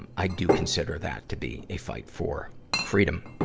and i do consider that to be a fight for freedom.